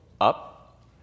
up